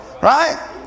right